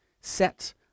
Set